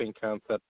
concept